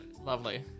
lovely